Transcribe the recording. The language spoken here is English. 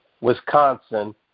Wisconsin